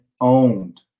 owned